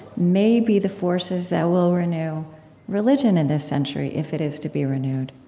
may be the forces that will renew religion in this century, if it is to be renewed